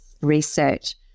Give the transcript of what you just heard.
research